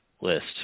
list